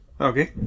Okay